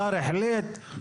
השר החליט,